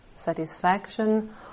satisfaction